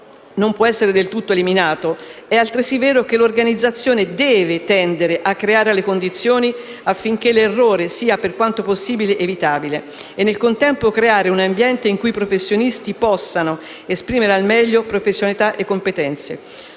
non può essere del tutto eliminato, è altresì vero che l'organizzazione deve tendere a creare le condizioni affinché l'errore sia per quanto possibile evitabile e nel contempo creare un ambiente in cui i professionisti possano esprimere al meglio professionalità e competenze.